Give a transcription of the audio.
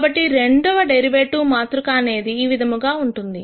కాబట్టి రెండవ డెరివేటివ్ మాతృక అనేది ఈ విధముగా ఉంటుంది